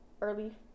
early